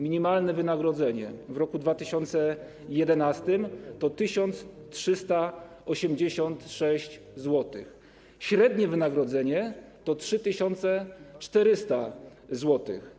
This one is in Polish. Minimalne wynagrodzenie w roku 2011 to 1386 zł, średnie wynagrodzenie to 3400 zł.